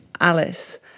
Alice